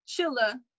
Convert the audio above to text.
Chilla